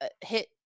hit